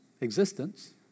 existence